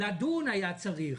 היה צריך לדון.